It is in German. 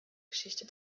geschichte